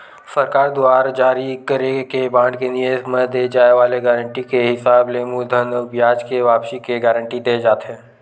सरकार दुवार जारी करे के बांड के निवेस म दे जाय वाले गारंटी के हिसाब ले मूलधन अउ बियाज के वापसी के गांरटी देय जाथे